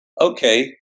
Okay